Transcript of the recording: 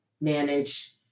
manage